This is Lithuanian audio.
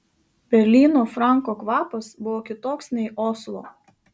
berlyno franko kvapas buvo kitoks nei oslo